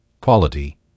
quality